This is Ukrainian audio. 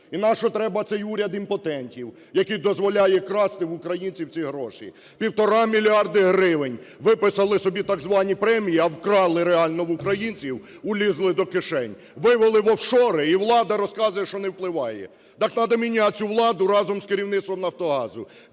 І нащо треба цей уряд імпотентів, який дозволяє красти в українців ці гроші? 1,5 мільярди гривень виписали собі так звані премії, а вкрали реально в українців, улізли до кишень, вивели в офшори, і влада розказує, що не впливає. Такнадо мінять цю владу разом з керівництвом "Нафтогазу"!